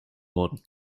worden